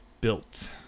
built